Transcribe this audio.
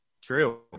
true